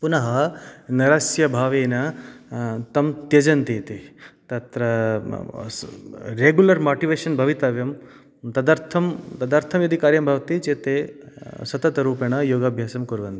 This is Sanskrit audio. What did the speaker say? पुनः नरस्य भावेन तं त्यजन्ति इति तत्र रेगुलर् मोटिवेशन् भवितव्यं तदर्थं तदर्थं यदि कार्यं भवति चेत् ते सततरूपेण योगाभ्यासं कुर्वन्ति